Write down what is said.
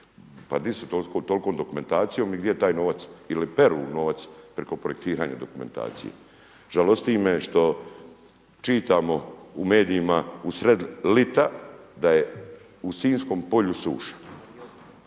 su sa toliko dokumentacijom i gdje je taj novac, je li peru nova preko projektiranja dokumentacije. Žalosti me što čitamo u medijima u sred ljeta da je u sinjskom polju suša.